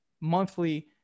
monthly